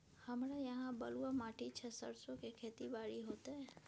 हमरा यहाँ बलूआ माटी छै सरसो के खेती बारी होते?